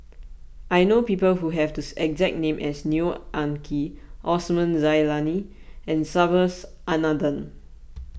I know people who have the exact name as Neo Anngee Osman Zailani and Subhas Anandan